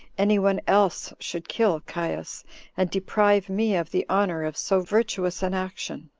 any one else should kill caius, and deprive me of the honor of so virtuous an action?